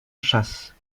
chasse